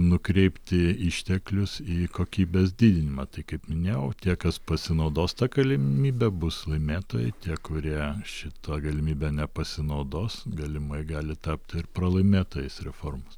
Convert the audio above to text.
nukreipti išteklius į kokybės didinimą tai kaip minėjau tie kas pasinaudos ta galimybe bus laimėtojai tie kurie šita galimybe nepasinaudos galimai gali tapti ir pralaimėtojais reformos